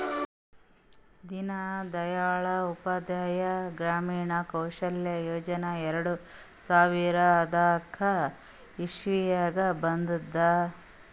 ದೀನ್ ದಯಾಳ್ ಉಪಾಧ್ಯಾಯ ಗ್ರಾಮೀಣ ಕೌಶಲ್ಯ ಯೋಜನಾ ಎರಡು ಸಾವಿರದ ಹದ್ನಾಕ್ ಇಸ್ವಿನಾಗ್ ಬಂದುದ್